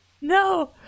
No